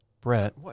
Brett